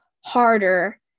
harder